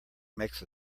makes